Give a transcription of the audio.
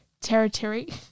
territory